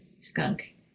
skunk